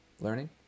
learning